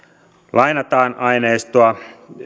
lainataan aineistoa